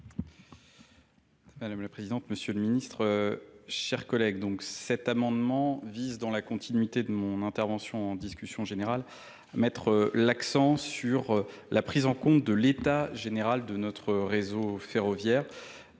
Mᵐᵉ la Présidente, M. le ministre. Chers collègues, donc cet amendement vise, dans la continuité de mon intervention en discussion générale, à mettre l'accent sur la prise en compte de l'état général de notre réseau On a pu dire